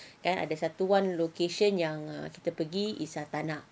and ada satu one location yang kita pergi is tanah